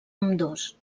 ambdós